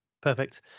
perfect